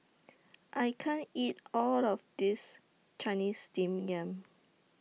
I can't eat All of This Chinese Steamed Yam